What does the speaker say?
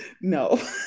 No